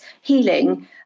healing